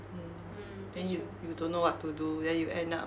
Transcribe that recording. mm then you you don't know what to do then you end up